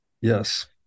Yes